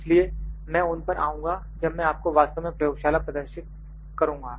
इसलिए मैं उन पर आऊंगा जब मैं आपको वास्तव में प्रयोगशाला प्रदर्शित करुंगा